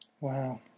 Wow